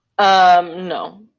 no